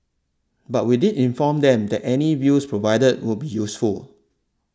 but we did inform them that any views provided would be useful